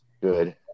good